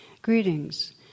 Greetings